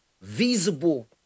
visible